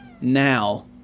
Now